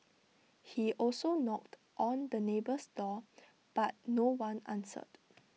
he also knocked on the neighbour's door but no one answered